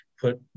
put